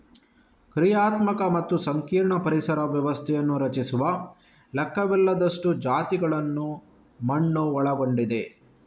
ಕ್ರಿಯಾತ್ಮಕ ಮತ್ತು ಸಂಕೀರ್ಣ ಪರಿಸರ ವ್ಯವಸ್ಥೆಯನ್ನು ರಚಿಸುವ ಲೆಕ್ಕವಿಲ್ಲದಷ್ಟು ಜಾತಿಗಳನ್ನು ಮಣ್ಣು ಒಳಗೊಂಡಿದೆ